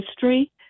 history